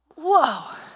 whoa